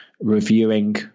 reviewing